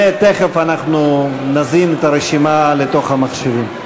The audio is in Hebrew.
ותכף אנחנו נזין את הרשימה לתוך המחשבים.